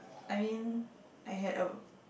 I mean I had a